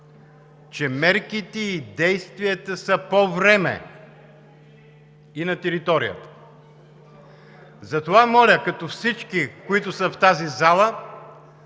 че мерките и действията са „по време“ и „на територията“. Затова, моля, всички, които са в тази зала,